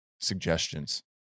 suggestions